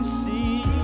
see